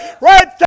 right